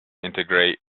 integrate